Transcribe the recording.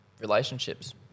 relationships